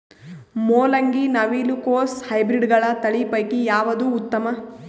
ಮೊಲಂಗಿ, ನವಿಲು ಕೊಸ ಹೈಬ್ರಿಡ್ಗಳ ತಳಿ ಪೈಕಿ ಯಾವದು ಉತ್ತಮ?